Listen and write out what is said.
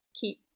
keep